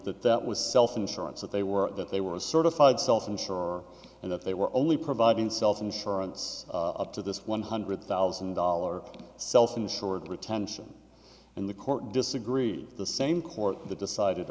that that was self insurance that they were that they were certified self insured or and that they were only providing self insurance up to this one hundred thousand dollars self insured retention and the court disagreed the same court that decided